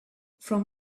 from